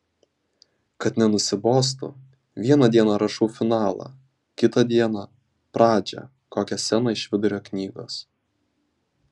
kad nenusibostų vieną dieną rašau finalą kitą dieną pradžią kokią sceną iš vidurio knygos